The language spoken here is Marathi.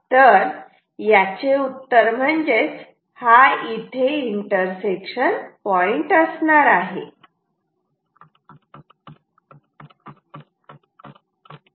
तर याचे उत्तर म्हणजेच हा इथे इंटरसेक्शन पॉईंट असणार आहे